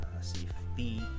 safety